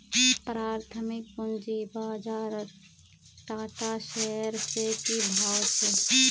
प्राथमिक पूंजी बाजारत टाटा शेयर्सेर की भाव छ